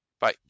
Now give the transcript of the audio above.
bye